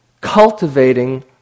cultivating